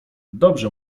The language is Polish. dobrze